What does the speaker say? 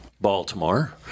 Baltimore